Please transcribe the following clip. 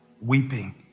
weeping